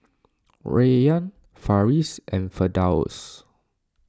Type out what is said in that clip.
Rayyan Farish and Firdaus